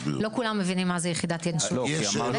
לא כולם מבינים מה זה יחידת ינשוף --- חברים,